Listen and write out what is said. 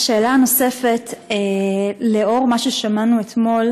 השאלה הנוספת: לנוכח מה ששמענו אתמול